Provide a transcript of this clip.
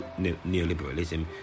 neoliberalism